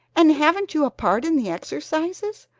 and haven't you a part in the exercises?